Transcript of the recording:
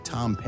Tom